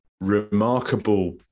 remarkable